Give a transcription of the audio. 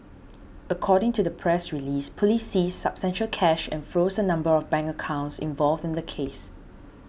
according to the press release police seized substantial cash and froze a number of bank accounts involved in the case